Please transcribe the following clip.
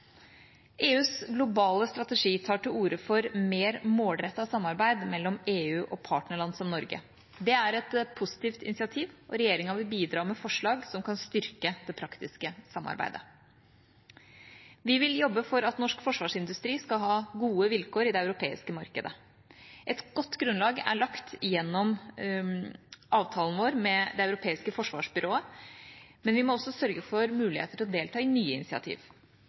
EUs globale strategi tar til orde for et mer målrettet samarbeid mellom EU og partnerland som Norge. Det er et positivt initiativ, og regjeringa vil bidra med forslag som kan styrke det praktiske samarbeidet. Vi vil jobbe for at norsk forsvarsindustri skal ha gode vilkår i det europeiske markedet. Et godt grunnlag er lagt gjennom avtalen vår med Det europeiske forsvarsbyrået, men vi må også sørge for muligheter til å delta i nye initiativ.